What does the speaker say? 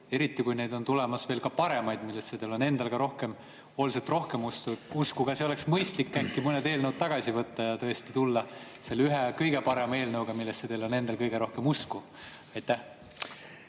Eriti kui on tulemas veel paremaid, millesse teil on endal ka oluliselt rohkem usku, kas ei oleks mõistlik äkki mõned eelnõud tagasi võtta ja tõesti tulla selle ühe kõige parema eelnõuga, millesse teil endal on kõige rohkem usku? Jaa,